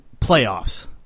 playoffs